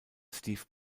steve